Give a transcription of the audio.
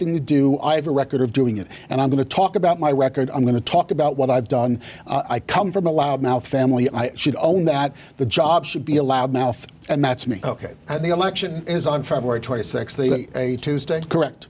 thing to do i have a record of doing it and i'm going to talk about my record i'm going to talk about what i've done i come from a loud mouth family i should all know that the job should be allowed mouth and that's me ok at the election is on february twenty sixth a tuesday correct